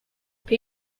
pay